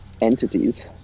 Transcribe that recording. entities